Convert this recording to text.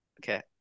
Okay